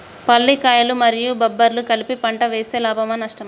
పల్లికాయలు మరియు బబ్బర్లు కలిపి పంట వేస్తే లాభమా? నష్టమా?